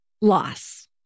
loss